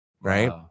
Right